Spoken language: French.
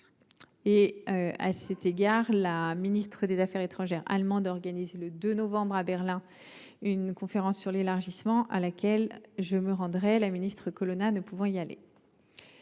À cet égard, la ministre des affaires étrangères allemande organise le 2 novembre prochain à Berlin une conférence sur l’élargissement, à laquelle je me rendrai, la ministre Catherine Colonna se